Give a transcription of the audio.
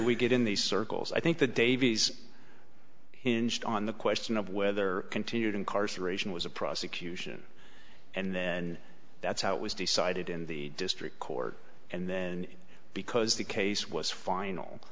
we get in these circles i think the davies hinged on the question of whether continued incarceration was a prosecution and then that's how it was decided in the district court and then because the case was final